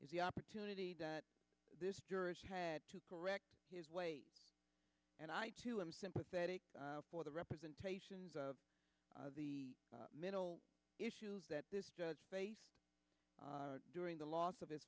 is the opportunity that this had to correct his weight and i too am sympathetic for the representations of the middle issues that this judge faced during the loss of his